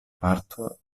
parto